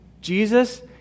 Jesus